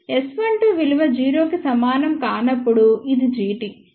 S12 విలువ 0 కి సమానం కానప్పుడు ఇది Gt